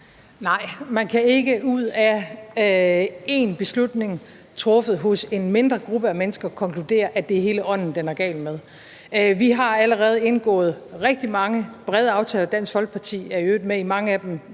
Nej, man kan ikke ud af én beslutning truffet hos en mindre gruppe af mennesker konkludere, at det er hele ånden, den er gal med. Vi har allerede indgået rigtig mange brede aftaler, og Dansk Folkeparti er i øvrigt med i mange af dem,